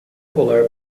colar